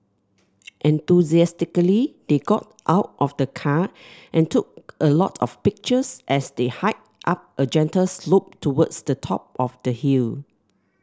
enthusiastically they got out of the car and took a lot of pictures as they hiked up a gentle slope towards the top of the hill